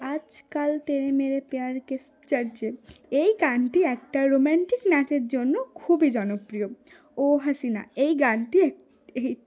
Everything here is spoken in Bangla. আজকাল তেরে মেরে পেয়ার কে চর্চে এই গানটি একটা রোম্যান্টিক নাচের জন্য খুবই জনপ্রিয় ও হাসিনা এই গানটি এক এই